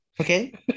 Okay